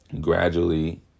gradually